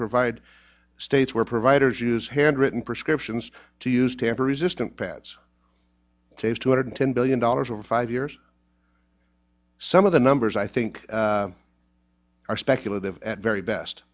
provide states where providers use handwritten prescriptions to use tamper resistant pads save two hundred ten billion dollars over five years some of the numbers i think are speculative at very best